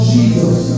Jesus